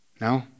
No